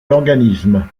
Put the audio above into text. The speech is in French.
l’organisme